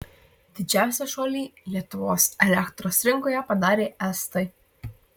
didžiausią šuolį lietuvos elektros rinkoje padarė estai